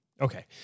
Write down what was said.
Okay